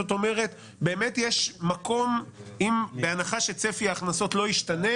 בהנחה שצפי ההכנסות לא ישתנה